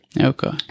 Okay